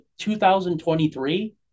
2023